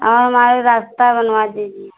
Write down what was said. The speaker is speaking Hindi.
औ हमारी रास्ता बनवा दीजिए